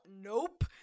nope